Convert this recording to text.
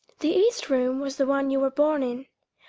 the east room was the one you were born in.